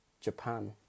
Japan